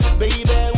baby